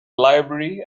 library